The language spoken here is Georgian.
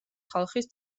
ხალხის